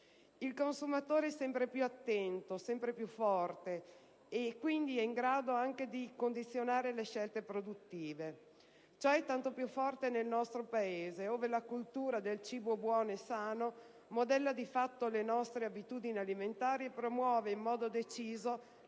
Il consumatore è sempre più attento, sempre più forte, e quindi è in grado anche di condizionare le scelte produttive. Ciò è tanto più forte nel nostro Paese, ove la cultura del "cibo buono e sano" modella le nostre abitudini alimentari e promuove in modo deciso